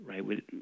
right